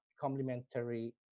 complementary